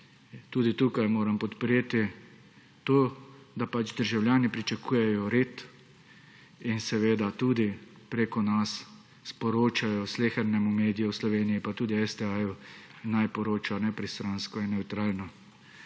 tudi tukaj moram podpreti to, da pač državljani pričakujejo red in tudi preko nas sporočajo slehernemu mediju v Sloveniji, pa tudi STA naj poročajo nepristransko in nevtralno.